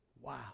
wow